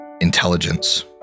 intelligence